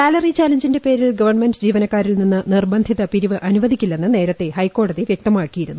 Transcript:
salary ചലഞ്ചിന്റെ ്പ്പേരിൽ government ജീവനക്കാരിൽ നിന്ന് നിർബന്ധിത പിരിവ് അനുവദിക്കില്ലെന്ന് നേരത്തെ ഹൈക്കോടതി വ്യക്തമാക്കിയിരുന്നു